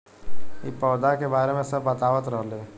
इ पौधा के बारे मे सब बतावत रहले